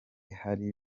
hari